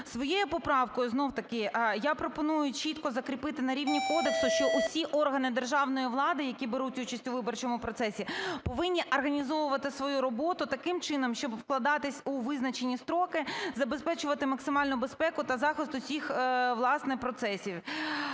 Своєю поправкою знов-таки я пропоную чітко закріпити на рівні кодексу, що усі органи державної влади, які беруть участь у виборчому процесі, повинні організовувати свою роботу таким чином, щоб вкладатись у визначені строки, забезпечувати максимальну безпеку та захист усіх, власне, процесів.